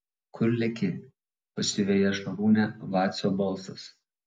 kur leki pasiveja šarūnę vacio balsas